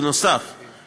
נוסף על כך,